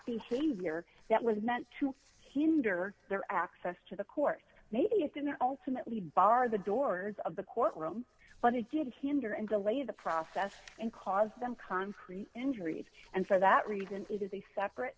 behavior that was meant to hinder their access to the court maybe it didn't ultimately bar the doors of the court room but it did hinder and delay the process and cause them concrete injuries and for that reason it is a separate